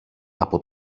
από